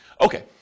Okay